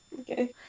Okay